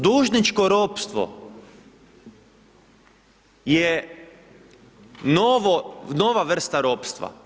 Dužničko ropstvo je nova vrsta ropstva.